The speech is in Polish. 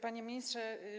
Panie Ministrze!